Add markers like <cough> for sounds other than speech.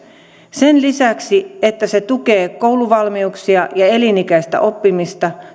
sen lisäksi että se tukee kouluvalmiuksia ja elinikäistä oppimista <unintelligible>